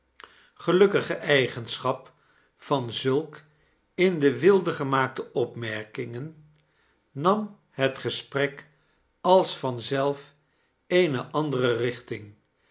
gelukkige eigenschap van zulfce in den wild gemaakte opmerkingen nam het gesprek als van zelf eene andere richting